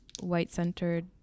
white-centered